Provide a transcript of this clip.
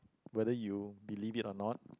whether you believe it or not